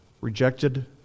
rejected